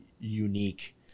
unique